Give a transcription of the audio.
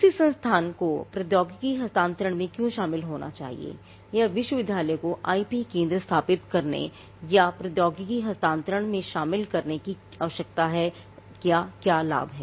किसी संस्थान को प्रौद्योगिकी हस्तांतरण में क्यों शामिल होना चाहिए या विश्वविद्यालय को आईपी केंद्र स्थापित करने या प्रौद्योगिकी हस्तांतरण में शामिल करने की क्या आवश्यकता या क्या लाभ है